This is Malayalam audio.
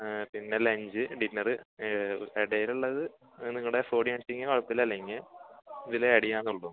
പിന്നെ ലഞ്ച് ഡിന്നർ ഇടയിലുള്ളത് നിങ്ങളുടെ അഫോട് ചെയ്യാമെങ്കിൽ കുഴപ്പമില്ല അല്ലെങ്കിൽ ഇതിൽ ആഡ് ചെയ്യാവുന്നതേയുള്ളൂ